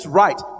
right